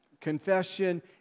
confession